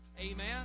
Amen